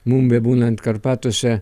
mum bebūnant karpatuose